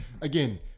again